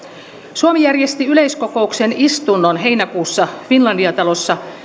suomi järjesti yleiskokouksen istunnon heinäkuussa finlandia talossa